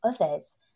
others